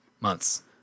months